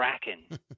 kraken